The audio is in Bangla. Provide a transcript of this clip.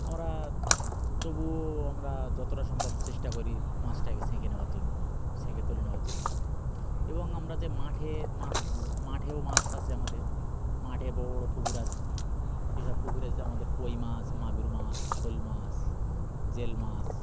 আমরা তবুও আমরা যতোটা সম্ভব চেষ্টা করি মাছটাকে সেঁকে নেওয়ার জন্য সুলে নেওয়ার জন্য এবং আমরা যে মাঠে মাস মাঠেও মাস আসে আমাদের মাঠে বড়ো বড়ো পুকুর আসে সেই সব পুকুরে আমাদের কই মাছ মাগুর মাছ শোল মাছ জেল মাছ